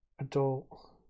Adult